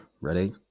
ready